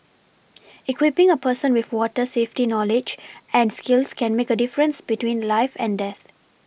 equipPing a person with water safety knowledge and skills can make a difference between life and death